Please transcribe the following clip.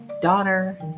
daughter